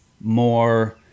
more